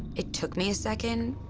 it took me a second,